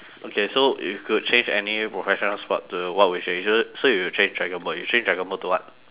okay so if you could change any professional sport to what would you change it so you would change dragon boat you change dragon boat to what